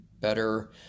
better